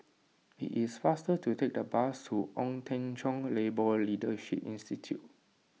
it is faster to take the bus to Ong Teng Cheong Labour Leadership Institute